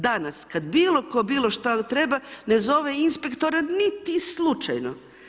Danas, kada bilo tko bilo šta treba ne zove inspektora niti slučajno.